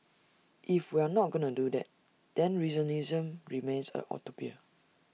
if we are not going to do that then regionalism remains A utopia